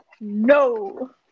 No